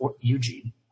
Eugene